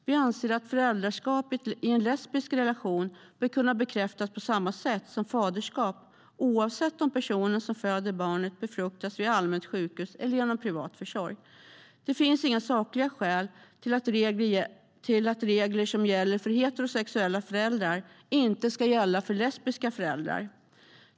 Vi anser att föräldraskap i en lesbisk relation bör kunna bekräftas på samma sätt som faderskap oavsett om personen som föder barnet befruktas vid allmänt sjukhus eller genom privat försorg. Det finns inga sakliga skäl till att de regler som gäller för heterosexuella föräldrar inte ska gälla för lesbiska föräldrar.